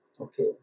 Okay